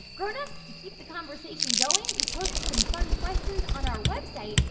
grown-ups, to keep the conversation going, we've posted some fun questions on our website,